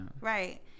right